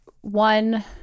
one